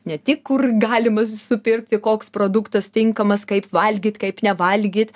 ne tik kur galima supirkti koks produktas tinkamas kaip valgyt kaip nevalgyt